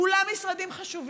כולם משרדים חשובים.